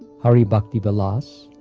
hari-bhakti-vilas,